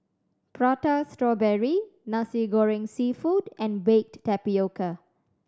Prata Strawberry Nasi Goreng Seafood and baked tapioca